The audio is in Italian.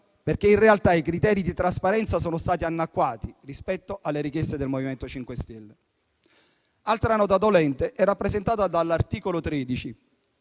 perché in realtà i criteri di trasparenza sono stati annacquati rispetto alle richieste del MoVimento 5 Stelle. Altra nota dolente è rappresentata dall'articolo 13,